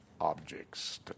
objects